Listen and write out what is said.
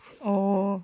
oh